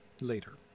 Later